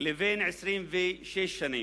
עד 26 שנים,